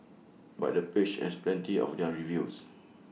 but the page has plenty of other reviews